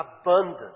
abundant